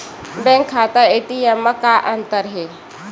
Bank खाता ATM मा का अंतर हे?